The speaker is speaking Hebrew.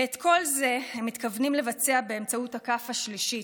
ואת כל זה הם מתכוונים לבצע באמצעות הכ"ף השלישית,